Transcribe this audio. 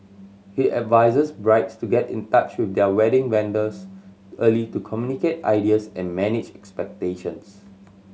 he advises brides to get in touch with their wedding vendors early to communicate ideas and manage expectations